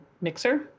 mixer